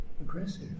aggressive